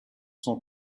sont